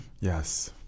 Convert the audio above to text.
Yes